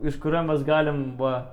iš kurio mes galim va